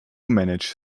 manage